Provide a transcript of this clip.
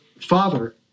father